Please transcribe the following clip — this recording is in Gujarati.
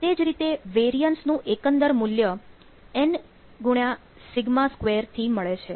તે જ રીતે વેરિયન્સ નું એકંદર મૂલ્ય nσ2 થી મળે છે